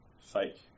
fake